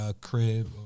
crib